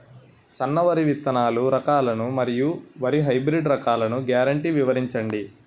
సన్న వరి విత్తనాలు రకాలను మరియు వరి హైబ్రిడ్ రకాలను గ్యారంటీ వివరించండి?